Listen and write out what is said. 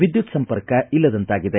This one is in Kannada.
ವಿದ್ಯುತ್ ಸಂಪರ್ಕವಿಲ್ಲದಂತಾಗಿದೆ